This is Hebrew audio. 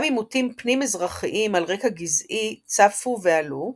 גם עימותים פנים־אזרחיים על רקע גזעי צפו ועלו,